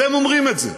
והם אומרים את זה.